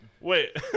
Wait